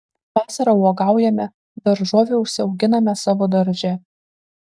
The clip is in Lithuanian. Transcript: vasarą uogaujame daržovių užsiauginame savo darže